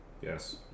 Yes